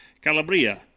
Calabria